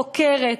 חוקרת,